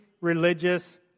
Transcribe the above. religious